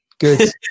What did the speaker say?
Good